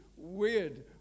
Weird